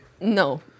No